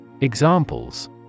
Examples